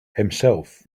himself